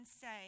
say